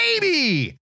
baby